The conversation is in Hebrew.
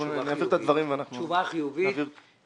אנחנו נעביר את הדברים ונעביר תגובה.